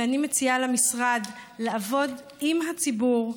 ואני מציעה למשרד לעבוד עם הציבור,